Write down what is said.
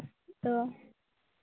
ᱛᱚ